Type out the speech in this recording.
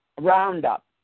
Roundup